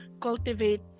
cultivate